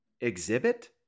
Exhibit